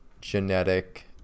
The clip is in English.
genetic